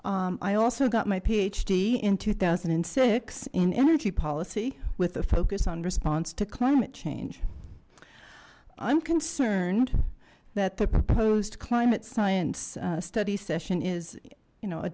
bur i also got my phd in two thousand and six in energy policy with a focus on response to climate change i'm concerned that the proposed climate science study session is you know a